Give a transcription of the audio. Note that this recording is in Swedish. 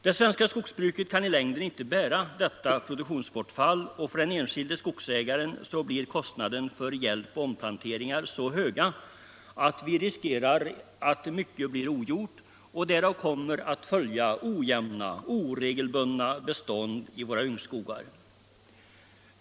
Det svenska jordbruket kan i längden inte bära detta produktionsbortfall, och för den enskilde skogsägaren blir kostnaderna för hjälpoch omplanteringar så höga att vi riskerar att mycket blir ogjort. Följden härav kommer att bli ojämna och oregelbundna bestånd i våra ungskogar.